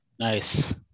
nice